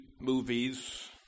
movies